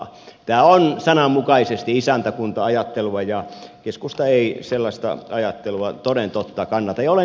tämä on sananmukaisesti isäntäkunta ajattelua ja keskusta ei sellaista ajattelua toden totta kannata